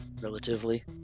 Relatively